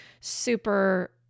super